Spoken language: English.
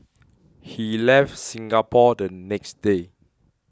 he left Singapore the next day